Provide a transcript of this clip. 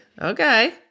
Okay